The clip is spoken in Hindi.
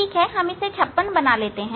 ठीक है हम इसे 56 बना लेते हैं